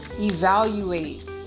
evaluate